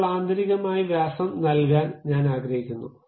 ഇപ്പോൾ ആന്തരികമായി വ്യാസം നൽകാൻ ഞാൻ ആഗ്രഹിക്കുന്നു